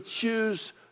choose